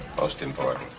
most important.